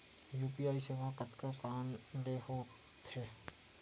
UPI सेवाएं कतका कान ले हो थे?